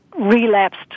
relapsed